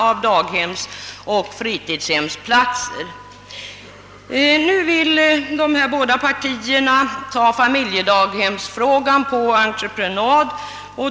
Nu vill centerpartiet och folkpartiet ta familjedaghemsfrågan på entreprenad.